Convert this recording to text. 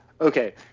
Okay